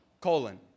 colon